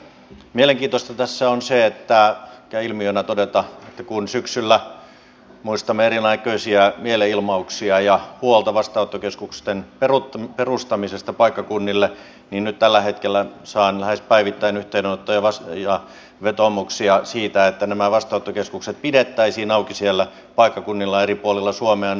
mielenkiintoista tässä on ehkä ilmiönä todeta että kun syksyllä muistamme erinäköisiä mielenilmauksia ja huolta vastaanottokeskusten perustamisesta paikkakunnille niin nyt tällä hetkellä saan lähes päivittäin yhteydenottoja ja vetoomuksia siitä että nämä vastaanottokeskukset pidettäisiin auki siellä paikkakunnilla eri puolilla suomea